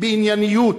בענייניות,